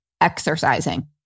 Exercising